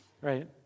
right